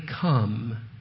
come